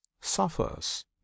suffers